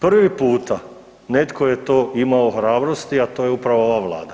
Prvi puta netko je to imao hrabrosti, a to je upravo ova vlada.